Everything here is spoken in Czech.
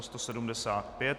175.